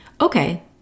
okay